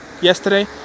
yesterday